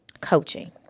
coaching